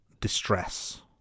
distress